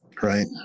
Right